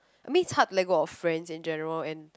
I mean it's hard to let go of friends in general and